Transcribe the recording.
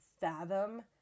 fathom